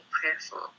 prayerful